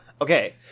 Okay